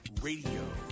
Radio